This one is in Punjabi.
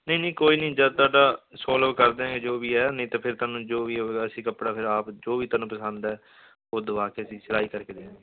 ਨਹੀਂ ਨਹੀਂ ਕੋਈ ਨਹੀਂ ਜਦ ਤੁਹਾਡਾ ਸੋਲਵ ਕਰ ਦਿਆਂਗੇ ਜੋ ਵੀ ਹੈ ਨਹੀਂ ਤਾਂ ਫੇਰ ਤੁਹਾਨੂੰ ਜੋ ਵੀ ਹੋਵੇਗਾ ਅਸੀਂ ਕੱਪੜਾ ਫੇਰ ਆਪ ਜੋ ਵੀ ਤੁਹਾਨੂੰ ਪਸੰਦ ਹੈ ਉਹ ਦੁਆ ਕੇ ਅਸੀਂ ਸਿਲਾਈ ਕਰਕੇ ਦੇ ਦਾਂਗੇ